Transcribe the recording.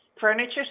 furniture